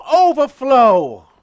overflow